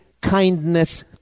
kindness